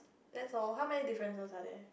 that's all how many differences are there